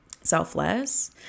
selfless